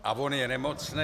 A on je nemocný...